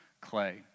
clay